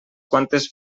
quantes